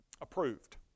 approved